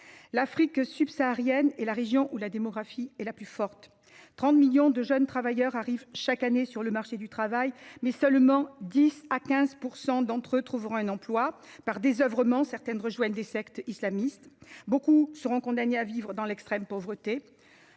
L’Afrique subsaharienne est la région où la démographie connaît la plus forte croissance. Quelque 30 millions de jeunes travailleurs arrivent chaque année sur le marché du travail, mais seuls 10 % à 15 % d’entre eux trouveront un emploi. Par désœuvrement, certains rejoindront des sectes islamistes. Beaucoup seront condamnés à vivre dans l’extrême pauvreté.